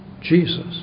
Jesus